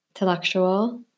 intellectual